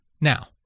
Now